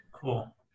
Cool